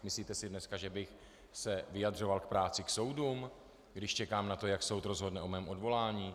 Myslíte si dneska, že bych se vyjadřoval k práci soudů, když čekám na to, jak soud rozhodne o mém odvolání?